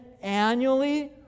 annually